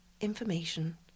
information